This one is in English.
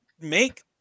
make